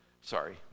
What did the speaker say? sorry